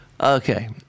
Okay